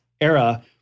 era